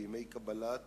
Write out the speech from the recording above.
בימי קבלת